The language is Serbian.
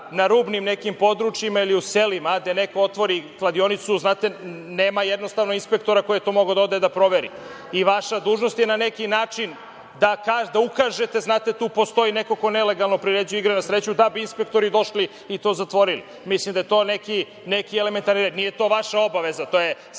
na rubnim nekim područjima ili u selima, gde neko otvori kladionicu. Nema jednostavno inspektora koji može da ode da proveri. Vaša dužnost je na neki način da ukažete, znate tu postoji neko ko nelegalno priređuje igre na sreću, da bi inspektori došli i to zatvorili. Mislim da je to neki elementarni red. Nije to vaša obaveza, to je svakako